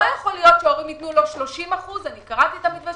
לא יכול להיות שהורים ישלמו 30 אחוזים אני קראתי את המתווה